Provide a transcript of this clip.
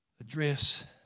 address